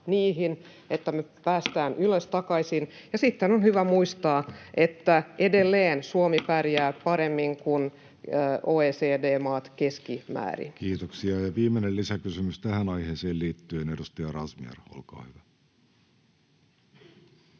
takaisin ylös. Ja sitten on hyvä muistaa, että edelleen Suomi pärjää paremmin kuin OECD-maat keskimäärin. Kiitoksia. — Ja viimeinen lisäkysymys tähän aiheeseen liittyen, edustaja Razmyar, olkaa hyvä.